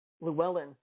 Llewellyn